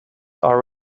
are